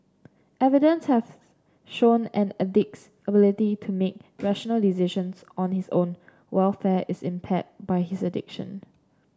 evidence have shown an addict's ability to make rational decisions on his own welfare is impaired by his addiction